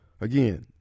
Again